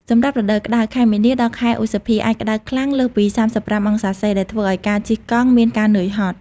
សម្រាប់រដូវក្តៅ (ខែមីនា ដល់ ខែឧសភា) អាចក្តៅខ្លាំង (លើសពី ៣៥ អង្សាសេ) ដែលធ្វើឱ្យការជិះកង់មានការនឿយហត់។